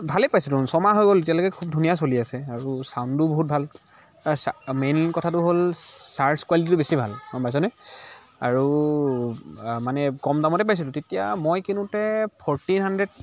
ভালে পাইছোঁ দেখোন ছমাহ হৈ গ'ল এতিয়ালৈকে খুব ধুনীয়া চলি আছে আৰু ছাউণ্ডো বহুত ভাল তাৰ চা মেইন কথাটো হ'ল চাৰ্জ কোৱালিটীটো বেছি ভাল গম পাইছনে আৰু মানে কম দামতে পাইছিলোঁ তেতিয়া মই কিনোতে ফ'ৰ্টিন হানড্ৰেড